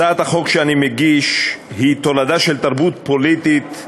הצעת החוק שאני מגיש היא תולדה של תרבות פוליטית צינית,